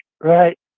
right